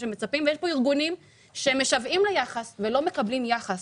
יש פה ארגונים שמשוועים ליחס ולא מקבלים יחס.